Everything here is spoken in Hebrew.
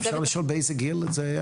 אפשר לשאול באיזה גיל זה היה?